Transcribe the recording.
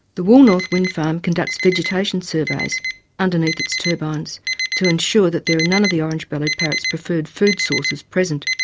the woolnorth wind farm conducts vegetation surveys underneath its turbines to ensure that there are none of the orange-bellied parrot's preferred food sources present.